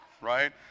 right